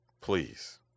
Please